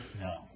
No